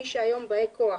מי שהיום באי כוח